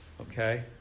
okay